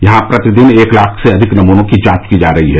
यहां प्रतिदिन एक लाख से अधिक नमूनों की जांच की जा रही है